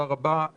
תודה רבה.